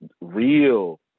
real